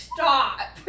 Stop